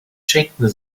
schenken